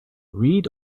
read